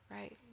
right